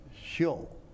show